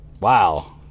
Wow